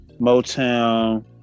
Motown